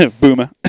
Boomer